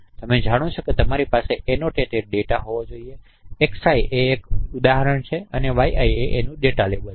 તમે જાણો છો કે તમારી પાસે એનોટેટેડ ડેટા હોવો જોઈએ XI એ એક ઉદાહરણ છે અને yi એ ડેટા લેબલ છે